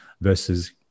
versus